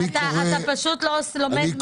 אתה פשוט לא לומד ממנו.